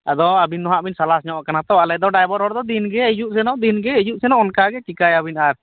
ᱟᱫᱚ ᱟᱵᱤᱱᱫᱚ ᱦᱟᱜᱵᱤᱱ ᱥᱟᱞᱟᱥᱧᱚᱜ ᱟᱠᱟᱱᱟᱛᱚ ᱟᱞᱮᱫᱚ ᱰᱟᱭᱵᱟᱨ ᱦᱚᱲᱫᱚ ᱫᱤᱱᱜᱮ ᱦᱟᱹᱡᱩᱜ ᱥᱮᱱᱚᱜ ᱫᱤᱱᱜᱮ ᱦᱟᱹᱡᱩᱜ ᱥᱮᱱᱚᱜ ᱚᱱᱠᱟᱜᱮ ᱪᱮᱠᱟᱭᱟᱵᱤᱱ ᱟᱨ